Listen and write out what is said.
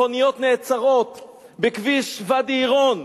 מכוניות נעצרות בכביש ואדי-עירון,